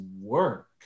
work